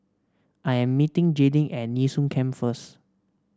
I am meeting Jaydin at Nee Soon Camp first